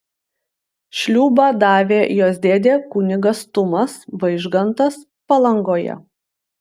šliūbą davė jos dėdė kunigas tumas vaižgantas palangoje